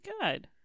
Good